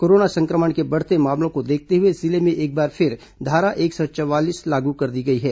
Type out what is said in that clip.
corona संक्रमण के बढ़ते मामलों को देखते हुए जिले में एक बार फिर धारा एक सौ चवालीस लागू कर दी गई है